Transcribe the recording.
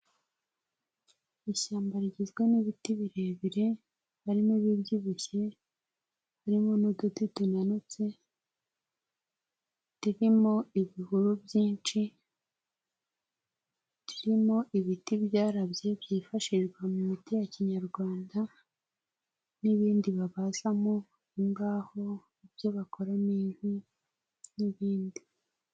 Ihyamba rigizwe n'ibiti birebire harimo ibibyibushye, harimo n'uduti tunanutse ririmo ibihuru byinshi turimo ibiti byarabye byifashishwa mu miti ya kinyarwanda, n'ibindi babazamo imbaho ibyo bakoramo inkwi n'ibindi.